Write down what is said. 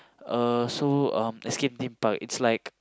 uh so um so Escape-Theme-Park is like